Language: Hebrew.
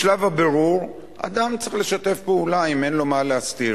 בשלב הבירור אדם צריך לשתף פעולה אם אין לו מה להסתיר.